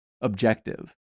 objective